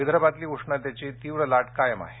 विदर्भातली उष्णतेची तीव्र लाट कायम आहे